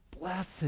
blessed